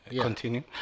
continue